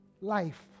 life